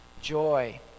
joy